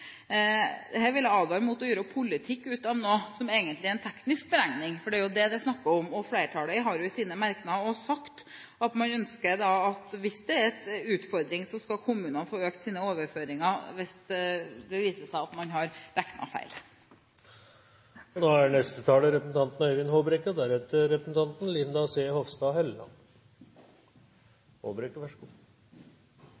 vil advare mot å gjøre politikk ut av noe som egentlig er en teknisk beregning, for det er jo det det er snakk om. Flertallet har jo i sine merknader sagt at hvis det er en utfordring, hvis det viser seg at man har regnet feil, så skal kommunene få økt sine overføringer. Jeg skal ikke bruke mye tid på disse avklaringene om hva som egentlig er den rød-grønne politikken, hvem som er enige i hva, og